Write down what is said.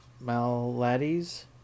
Maladies